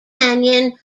canyon